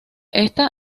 esta